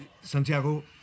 Santiago